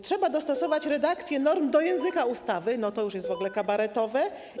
Trzeba dostosować redakcję norm do języka ustawy - to już jest w ogóle kabaretowe.